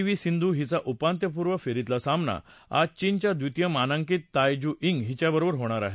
V Sindhu हिचा उपांत्यपूर्व फेरीतला सामना आज चीनच्या द्वितीय मानांकित ताई जू यिंग हिच्याबरोबर होणार आहे